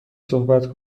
صحبت